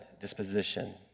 disposition